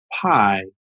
pi